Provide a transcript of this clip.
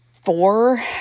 four